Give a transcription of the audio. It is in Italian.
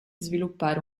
sviluppare